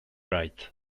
right